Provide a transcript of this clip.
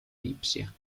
lipsia